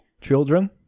children